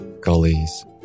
gullies